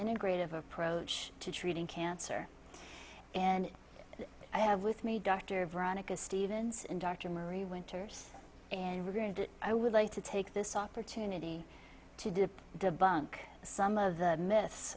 integrative approach to treating cancer and i have with me dr veronica stevens and dr marie winters and we're going to i would like to take this opportunity to dip debunk some of the m